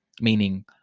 meaning